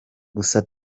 gusa